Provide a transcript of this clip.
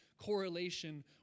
correlation